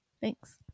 Thanks